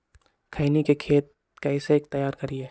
खैनी के खेत कइसे तैयार करिए?